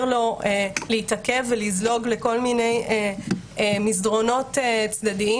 לו להתעכב ולזלוג לכל מיני מסדרונות צדדיים.